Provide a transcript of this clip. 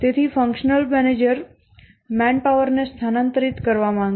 તેથી functional manager માનવ શક્તિને સ્થાનાંતરિત કરવા માંગશે